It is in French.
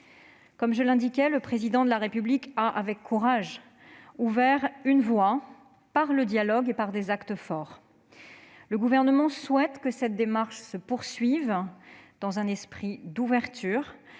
Comme je l'ai indiqué, le Président de la République a, avec courage, ouvert une voie par le dialogue et par des actes forts. Le Gouvernement souhaite que cette démarche se poursuive dans un esprit d'ouverture